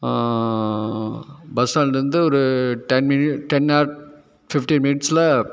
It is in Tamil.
பஸ் ஸ்டாண்டுலேருந்து ஒரு ten minute ten or fifteen மினிட்ஸில்